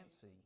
see